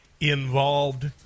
involved